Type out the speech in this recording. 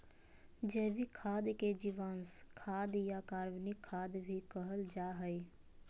जैविक खाद के जीवांश खाद या कार्बनिक खाद भी कहल जा हइ